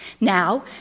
Now